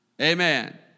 Amen